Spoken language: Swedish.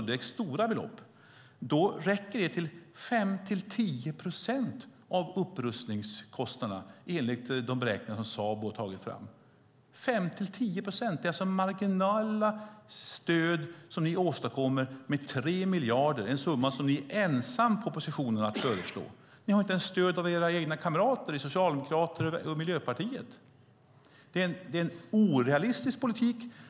Det är stora belopp. Det räcker till 5-10 procent av upprustningskostnaderna enligt de beräkningar som Sabo har tagit fram. Det är alltså marginella stöd som ni åstadkommer med 3 miljarder, en summa som ni är ensamma i oppositionen att föreslå. Ni har inte ens stöd av era egna kamrater i Socialdemokraterna och Miljöpartiet. Det är en orealistisk politik.